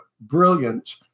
brilliant